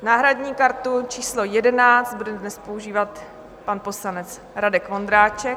Náhradní kartu číslo 11 bude dnes používat pan poslanec Radek Vondráček.